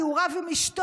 כי הוא רב עם אשתו,